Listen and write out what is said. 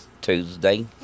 Tuesday